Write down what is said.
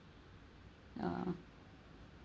ya